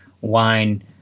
wine